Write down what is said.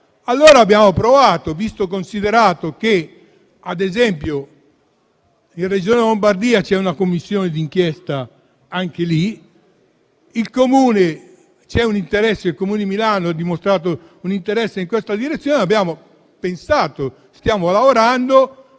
ruolo fondamentale. Visto e considerato che anche in Regione Lombardia c'è una Commissione d'inchiesta e che il Comune di Milano ha dimostrato un interesse in questa direzione, abbiamo pensato e stiamo lavorando